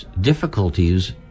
difficulties